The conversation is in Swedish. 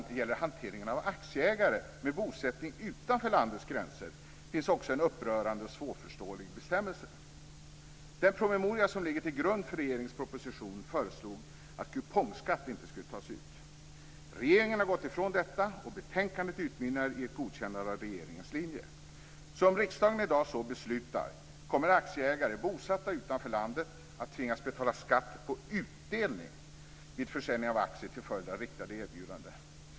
När det gäller hanteringen av aktieägare med bosättning utanför landets gränser finns också en upprörande och svårförståelig bestämmelse. I den promemoria som ligger till grund för regeringens proposition föreslogs att kupongskatt inte skulle tas ut. Regeringen har gått ifrån detta, och betänkandet utmynnar i ett godkännande av regeringens linje. Om riksdagen i dag så beslutar, kommer aktieägare bosatta utanför landet att tvingas betala skatt på utdelning vid försäljning av aktier till följd av riktade erbjudanden.